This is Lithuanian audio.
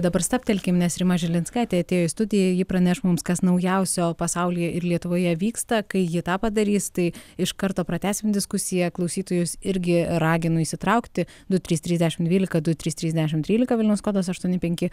dabar stabtelkim nes rima žilinskaitė atėjo į studiją ji praneš mums kas naujausio pasaulyje ir lietuvoje vyksta kai ji tą padarys tai iš karto pratęsim diskusiją klausytojus irgi raginu įsitraukti du trys trys dešimt dvylika du trys trys dešimt trylika vilniaus kodas aštuoni penki